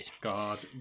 god